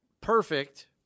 perfect –